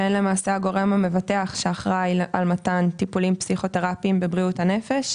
שהן הגורם המבטח שאחראי על מתן טפולים פסיכותרפיים בבריאות הנפש.